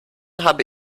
habe